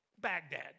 Baghdad